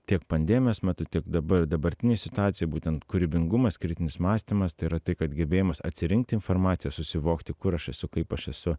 tiek pandemijos metu tiek dabar dabartinėj situacijoj būtent kūrybingumas kritinis mąstymas tai yra tai kad gebėjimas atsirinkti informaciją susivokti kur aš esu kaip aš esu